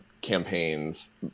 campaigns